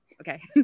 Okay